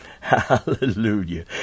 Hallelujah